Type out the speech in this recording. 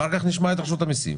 אחר כך נשמע את רשות המיסים.